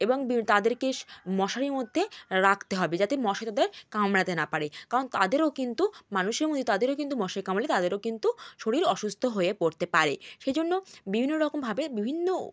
এবং বিড় তাদেরকে মশারির মধ্যে রাখতে হবে যাতে মশা তাদের কামড়াতে না পারে কারণ তাদেরও কিন্তু মানুষের মধ্যে তাদেরও কিন্তু মশা কামড়ালে তাদেরও কিন্তু শরীর অসুস্থ হয়ে পড়তে পারে সেই জন্য বিভিন্ন রকমভাবে বিভিন্ন